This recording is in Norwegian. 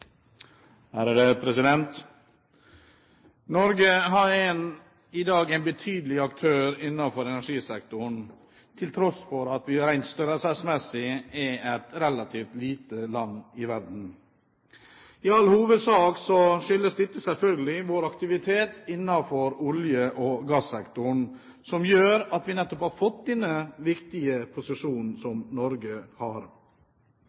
reglementsmessig måte. Norge er i dag en betydelig aktør i energisektoren til tross for at vi rent størrelsesmessig er et relativt lite land i verden. I all hovedsak skyldes dette selvfølgelig vår aktivitet innen olje- og gassektoren, som gjør at vi nettopp har fått denne viktige posisjonen som Norge har.